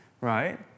right